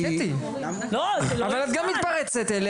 קטי, גם את מתפרצת.